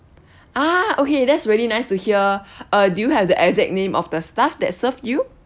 ah okay that's really nice to hear uh do you have the exact name of the staff that serve you